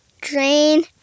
drain